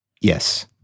Yes